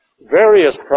various